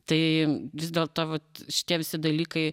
tai vis dėl to vat šitie visi dalykai